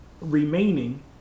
remaining